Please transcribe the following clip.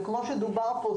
וכמו שדובר פה,